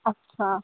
اچھا